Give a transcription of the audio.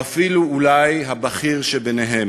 או אפילו אולי בבכיר שביניהם.